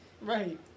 Right